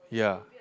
ya